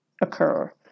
occur